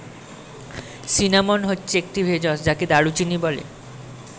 cinnamon হচ্ছে একটি ভেষজ যাকে দারুচিনি বলে